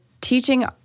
teaching